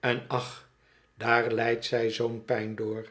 en ach daar lijdt zij zoo'n pijn door